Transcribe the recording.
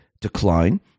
decline